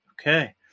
Okay